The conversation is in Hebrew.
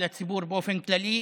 ולציבור באופן כללי,